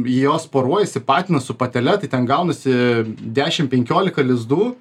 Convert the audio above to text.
jos poruojasi patinas su patele tai ten gaunasi dešim penkiolika lizdų